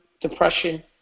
depression